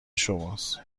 شماست